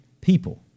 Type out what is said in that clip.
people